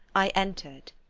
i entered.